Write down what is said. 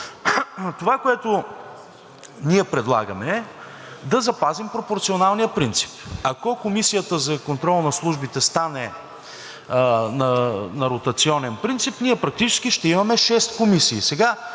Това, което ние предлагаме, е да запазим пропорционалния принцип. Ако Комисията за контрол над службите стане на ротационен принцип, ние практически ще имаме шест комисии.